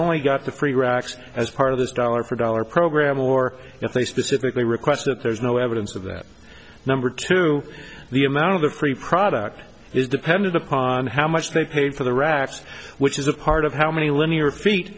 only got the free reaction as part of this dollar for dollar program or if they specifically request that there's no evidence of that number two the amount of the free product is depended upon how much they paid for the racks which is a part of how many linear feet